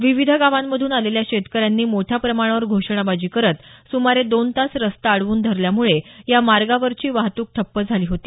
विविध गावांमधून आलेल्या शेतकऱ्यांनी मोठ्या प्रमाणावर घोषणाबाजी करत सुमारे दोन तास रस्ता अडवून धरल्यामुळे या मार्गावरची वाहतूक ठप्प झाली होती